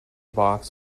box